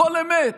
הכול אמת.